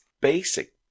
basic